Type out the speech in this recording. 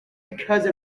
because